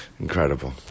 Incredible